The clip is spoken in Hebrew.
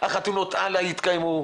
החתונות הלאה התקיימו.